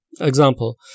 example